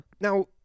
Now